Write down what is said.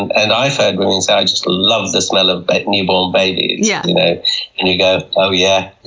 and and i've heard women say, i just love the smell of but newborn babies, yeah you know and you go, oh yeah,